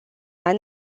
ani